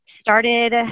started